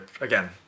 again